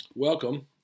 Welcome